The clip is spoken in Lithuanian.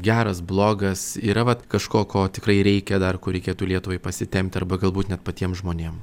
geras blogas yra vat kažko ko tikrai reikia dar kur reikėtų lietuvai pasitempt arba galbūt net patiem žmonėm